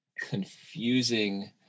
confusing